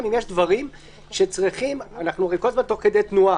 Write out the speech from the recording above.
אם יש דברים שצריכים אנחנו הרי כל הזמן תוך כדי תנועה,